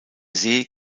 see